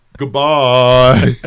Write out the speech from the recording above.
Goodbye